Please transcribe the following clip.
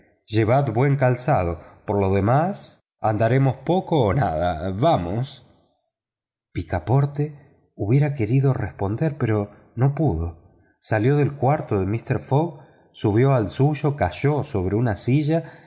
viaje llevad buen calzado por lo demás andaremos poco o nada vamos picaporte hubiera querido responder pero no pudo salió del cuarto de mister fogg subió al suyo cayó sobre una silla